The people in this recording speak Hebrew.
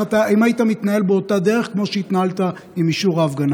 האם היית מתנהל באותה דרך כמו שהתנהלת עם אישור ההפגנה הזאת?